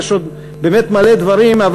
יש עוד הרבה דברים,